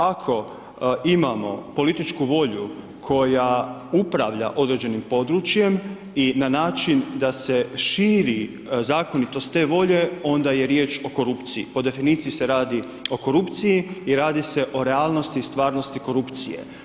Ako imamo političku volja koja upravlja određenim područjem i na način da se širi zakonitost te volje onda je riječ o korupciji, po definiciji se radi o korupciji i radi se o realnosti i stvarnosti korupcije.